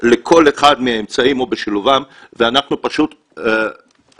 לכל אחד מהאמצעים או בשילובם ואנחנו חושבים